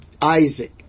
Isaac